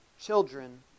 children